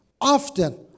often